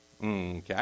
Okay